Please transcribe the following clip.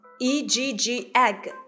E-G-G-Egg